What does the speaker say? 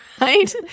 Right